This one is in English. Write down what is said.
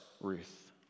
Ruth